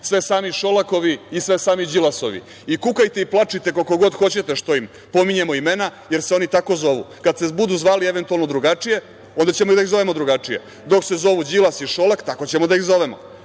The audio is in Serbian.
sve sami Šolakovi i sve sami Đilasovi i kukajte i plačite koliko god hoćete što im pominjemo imena, jer se oni tako zovu. Kada se budu zvali eventualno drugačije, onda ćemo da ih zovemo drugačije. Dok se zovu Đilas i Šolak tako ćemo da ih zovemo. Dakle,